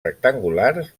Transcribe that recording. rectangulars